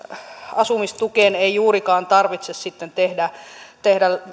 asumistukeen ei juurikaan tarvitse sitten tehdä tehdä